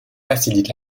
facilite